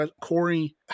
Corey